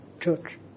Church